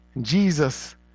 Jesus